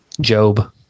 Job